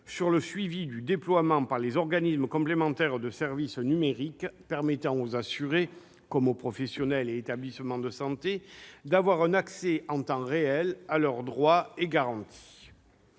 sur le suivi du déploiement par les organismes complémentaires de services numériques permettant aux assurés, comme aux professionnels et aux établissements de santé, d'avoir un accès en temps réel à leurs droits et garanties.